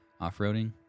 off-roading